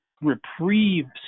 reprieve